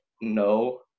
no